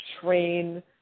train